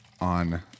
on